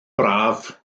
braf